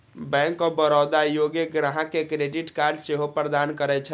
bank of Baroda योग्य ग्राहक कें क्रेडिट कार्ड सेहो प्रदान करै छै